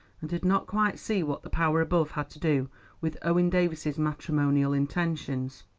and did not quite see what the power above had to do with owen davies's matrimonial intentions.